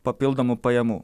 papildomų pajamų